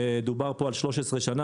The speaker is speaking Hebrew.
דובר פה על 13 שנה,